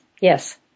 yes